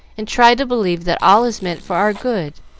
and try to believe that all is meant for our good.